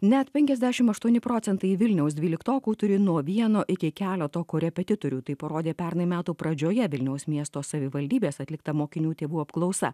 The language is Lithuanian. net penkiasdešim aštuoni procentai vilniaus dvyliktokų turi nuo vieno iki keleto korepetitorių tai parodė pernai metų pradžioje vilniaus miesto savivaldybės atlikta mokinių tėvų apklausa